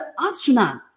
astronaut